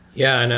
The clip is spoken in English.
yeah. and and